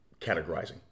categorizing